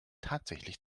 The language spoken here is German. tatsächlich